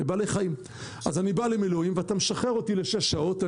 אז הוא בא למילואים ומשחררים אותו לשש שעות,